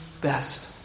best